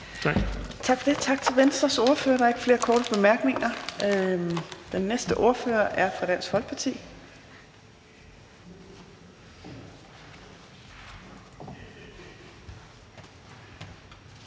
Tak for det, og tak til Venstres ordfører. Der er ikke flere korte bemærkninger. Den næste ordfører er fra Dansk Folkeparti,